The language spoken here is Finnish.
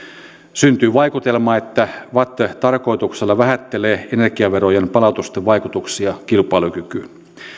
syntyy vaikutelma että vatt tarkoituksella vähättelee energiaverojen palautusten vaikutuksia kilpailukykyyn